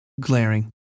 glaring